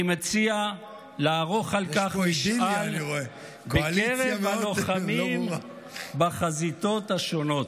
אני מציע לערוך על כך משאל בקרב הלוחמים בחזיתות השונות.